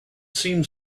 seemed